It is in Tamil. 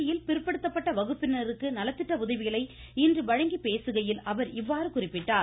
திருச்சியில் பிற்படுத்தப்பட்ட வகுப்பினருக்கு நலத்திட்ட உதவிகளை இன்று வழங்கி பேசுகையில் அவர் இவ்வாறு குறிப்பிட்டார்